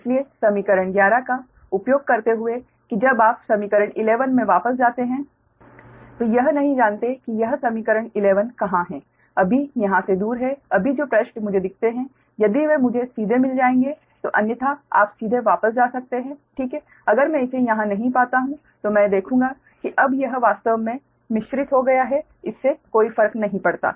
इसलिए समीकरण 11 का उपयोग करते हुए कि जब आप समीकरण 11 में वापस जाते हैं तो यह नहीं जानते कि यह समीकरण 11 कहां है अभी यहां से दूर है अभी जो पृष्ठ मुझे दिखते हैं यदि वे मुझे सीधे मिल जाएंगे तो अन्यथा आप सीधे वापस जा सकते हैं ठीक है अगर मैं इसे यहां नहीं पाता हूं तो मैं देखूंगा कि अब यह वास्तव में मिश्रितमिक्स हो गया है इससे कोई फर्क नहीं पड़ता